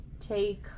take